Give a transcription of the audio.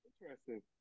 interesting